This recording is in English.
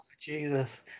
Jesus